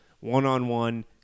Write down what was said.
one-on-one